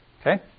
Okay